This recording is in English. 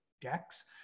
decks